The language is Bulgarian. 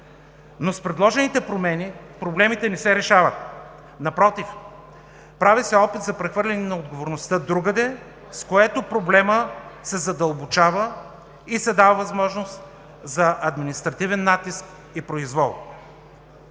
Но с предложените промени, проблемите не се решават. Напротив, прави се опит за прехвърляне на отговорността другаде, с което проблемът се задълбочава и се дава възможност за административен натиск и произвол.